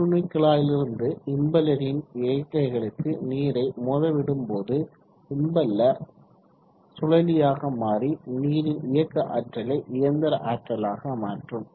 கூர்நுனிக்குழாயிலிருந்து இம்பெல்லரின் இறக்கைகளுக்கு நீரை மோத விடும்போது இம்பெல்லர் சுழலியாக மாறி நீரின் இயக்க ஆற்றலை இயந்திர ஆற்றலாக மாற்றும்